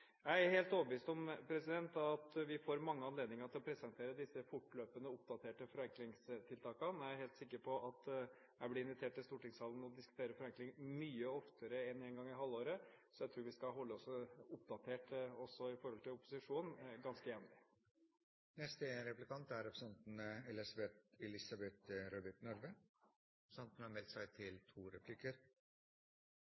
Jeg er helt overbevist om at vi får mange anledninger til å presentere disse fortløpende oppdaterte forenklingstiltakene. Jeg er helt sikker på at jeg blir invitert til stortingssalen for å diskutere forenkling mye oftere enn én gang i halvåret. Så jeg tror vi skal holde oss oppdatert ganske jevnlig